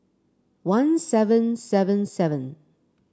one seven seven seven